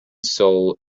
sol